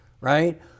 right